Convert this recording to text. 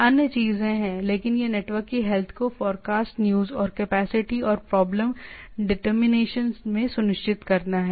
अन्य चीजें हैं लेकिन यह नेटवर्क के हेल्थ फोरकास्ट न्यूज़ और कैपेसिटी और प्रॉब्लम डिटरमिनेशन में सुनिश्चित करना है